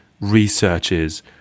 researchers